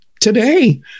today